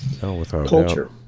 culture